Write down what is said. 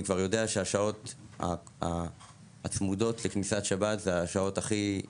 אני כבר יודע שהשעות הצמודות לכניסת שבת זה השעות הכי